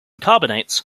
carbonates